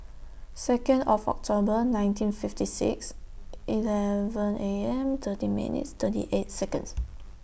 Second of October nineteen fifty six eleven A M thirteen minutes thirty eight Seconds